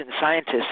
scientists